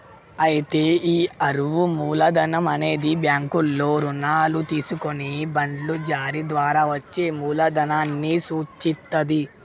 అయితే ఈ అరువు మూలధనం అనేది బ్యాంకుల్లో రుణాలు తీసుకొని బాండ్లు జారీ ద్వారా వచ్చే మూలదనాన్ని సూచిత్తది